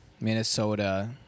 Minnesota